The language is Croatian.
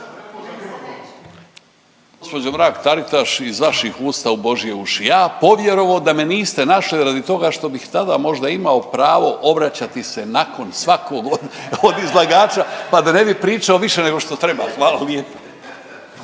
Gospođo Mrak Taritaš iz vaših usta u božje uši. Ja povjerovao da me niste našli radi toga što bit tada možda imao pravo obraćati se nakon svakog od, od izlagača pa da ne bi pričao više nego što treba. Hvala.